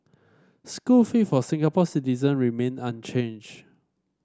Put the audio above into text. school fees for Singapore citizen remain unchanged